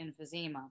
emphysema